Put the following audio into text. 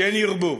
כן ירבו.